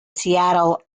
seattle